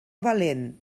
valent